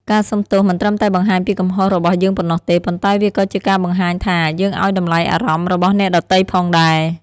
ការសុំទោសមិនត្រឹមតែបង្ហាញពីកំហុសរបស់យើងប៉ុណ្ណោះទេ ប៉ុន្តែវាក៏ជាការបង្ហាញថា យើងឱ្យតម្លៃអារម្មណ៍របស់អ្នកដទៃផងដែរ។